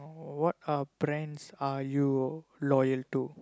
oh what uh brands are you loyal to